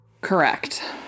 Correct